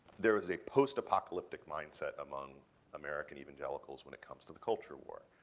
there is a post-apocalyptic mindset among american evangelicals when it comes to the culture war.